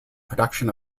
production